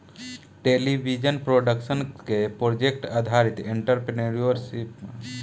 television production के project आधारित entrepreneurship मानल जाला